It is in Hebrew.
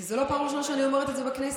וזאת לא פעם ראשונה שאני אומרת את זה בכנסת.